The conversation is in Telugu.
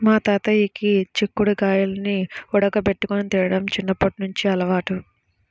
మా తాతయ్యకి చిక్కుడు గాయాల్ని ఉడకబెట్టుకొని తినడం చిన్నప్పట్నుంచి అలవాటు